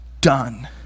done